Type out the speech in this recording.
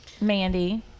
Mandy